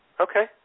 Okay